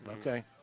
Okay